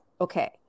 Okay